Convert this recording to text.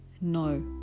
No